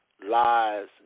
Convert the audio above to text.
lies